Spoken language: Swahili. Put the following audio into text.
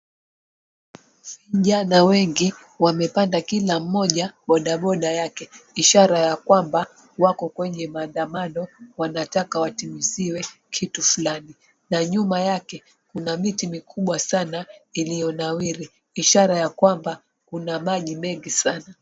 Vijana wengi wamepanda kila mmoja bodaboda yake, ishara ya kwamba wako kwenye maandamano wanataka watimiziwe kitu fulani na nyuma yake kuna miti mikubwa sana iliyonawiri ishara ya kwamba kuna maji mengi sana.